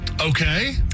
Okay